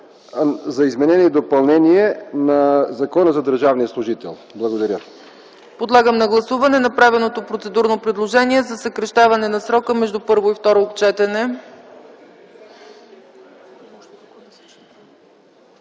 за изменение и допълнение на Закона за държавния служител. Благодаря. ПРЕДСЕДАТЕЛ ЦЕЦКА ЦАЧЕВА: Подлагам на гласуване направеното процедурно предложение за съкращаване на срока между първо и второ четене.